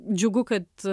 džiugu kad